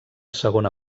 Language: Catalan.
segona